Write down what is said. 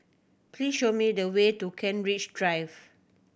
please show me the way to Kent Ridge Drive